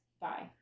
bye